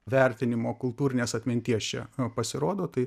vertinimo kultūrinės atminties čia pasirodo tai